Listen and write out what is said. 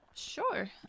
Sure